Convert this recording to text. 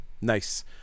Nice